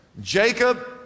Jacob